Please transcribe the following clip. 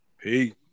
Hey